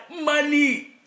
money